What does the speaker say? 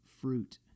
fruit